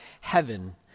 heaven